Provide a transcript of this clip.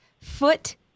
foot